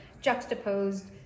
juxtaposed